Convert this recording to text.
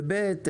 ובי"ת,